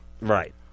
Right